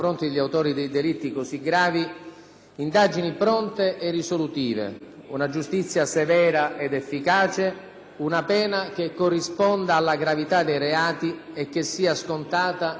indagini pronte e risolutive, una giustizia severa ed efficace, una pena che corrisponda alla gravità dei reati e che sia scontata nella sua pienezza.